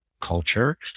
culture